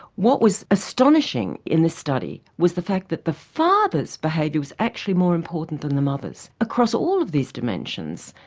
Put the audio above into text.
what was astonishing in this study was the fact that the father's behaviour was actually more important than the mother's across all of these dimensions.